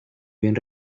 bien